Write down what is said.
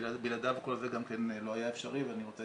שבלעדיו כל זה גם לא היה אפשרי ואני רוצה